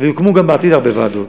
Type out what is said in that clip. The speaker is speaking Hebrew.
ויוקמו גם בעתיד הרבה ועדות.